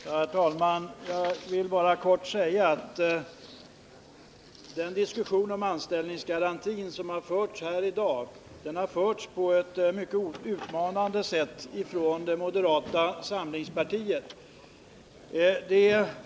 Herr talman! Jag vill kortfattat säga att den diskussion om anställningsgaranti som har förts här i dag har förts på ett mycket utmanande sätt av moderata samlingspartiet.